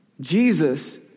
Jesus